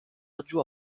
laggiù